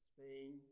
Spain